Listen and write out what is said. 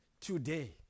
today